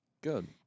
Good